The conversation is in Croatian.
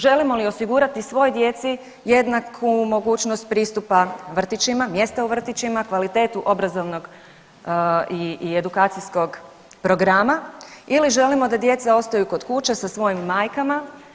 Želimo li osigurati svoj djeci jednaku mogućnost pristupa vrtićima, mjesta u vrtićima, kvalitetu obrazovnog i edukacijskog programa ili želimo da djeca ostaju kod kuće sa svojim majkama?